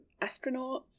astronauts